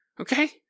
okay